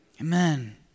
Amen